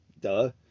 duh